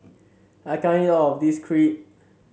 I can't eat all of this Crepe